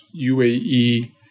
UAE